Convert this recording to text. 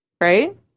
Right